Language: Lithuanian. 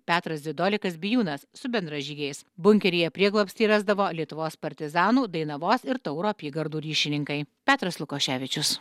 petras dzidolikas bijūnas su bendražygiais bunkeryje prieglobstį rasdavo lietuvos partizanų dainavos ir tauro apygardų ryšininkai petras lukoševičius